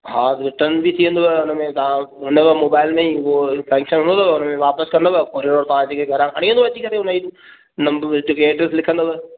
हा रिटर्न बि थी वेंदुव हुन में मोबाइल में ई फंकशन हूंदो तव हुन में वापस कंदव पुछ्जोसि पार्टीअ खां खणी वेंदो अची करे उन ई नंब हित के एड्रेस लिखंदव